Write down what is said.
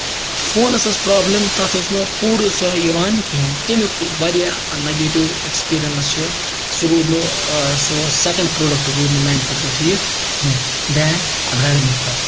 فونَس ٲس پروبلِم تَتھ ٲسۍ نہٕ پوٗرٕ سۄ یِوان کِہینۍ تَمیُک واریاہ نگیٹو اٮ۪کسپِرینس چھُ سُہ روٗد نہٕ سُہ سیکینڈ پروٚڈکٹ روٗد نہٕ میانہِ خٲطرٕ ٹھیٖک کیٚنہہ دین ریڈمی کھۄتہٕ